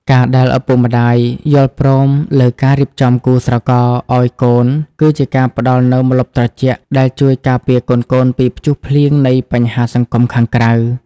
ការដែលឪពុកម្ដាយយល់ព្រមលើការរៀបចំគូស្រករឱ្យកូន គឺជាការផ្ដល់នូវ "ម្លប់ត្រជាក់" ដែលជួយការពារកូនៗពីព្យុះភ្លៀងនៃបញ្ហាសង្គមខាងក្រៅ។